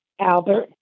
Albert